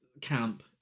camp